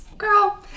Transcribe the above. Girl